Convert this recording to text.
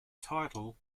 title